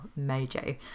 mojo